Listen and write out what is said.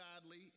godly